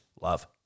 love